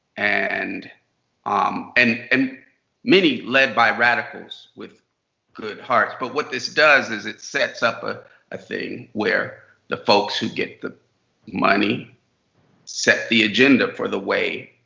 and um and um led by radicals with good hearts, but what this does is it sets up a ah thing where the folks who get the money set the agenda for the way